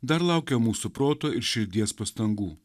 dar laukia mūsų proto ir širdies pastangų